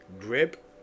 grip